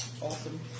Awesome